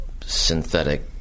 synthetic